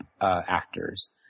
actors